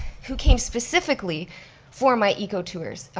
who came specifically for my eco tours,